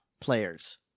players